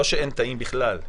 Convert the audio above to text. לא שאין תאים בכלל,